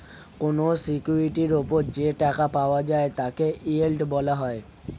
কোন সিকিউরিটির উপর যে টাকা পাওয়া যায় তাকে ইয়েল্ড বলা হয়